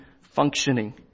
functioning